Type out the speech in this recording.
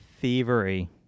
Thievery